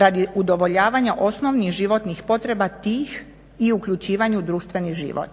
radi udovoljavanja osnovnih životnih potreba tih i uključivanje u društveni život,